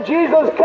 Jesus